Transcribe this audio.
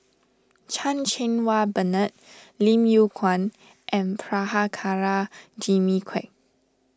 Chan Cheng Wah Bernard Lim Yew Kuan and Prabhakara Jimmy Quek